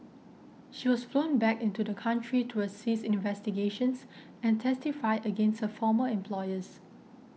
she was flown back into the country to assist in investigations and testify against her former employers